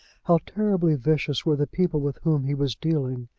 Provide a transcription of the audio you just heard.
how terribly vicious were the people with whom he was dealing!